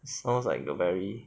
sounds like a very